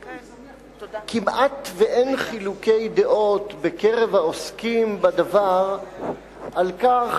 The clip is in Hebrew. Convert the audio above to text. כמעט שאין חילוקי דעות בקרב העוסקים בדבר על כך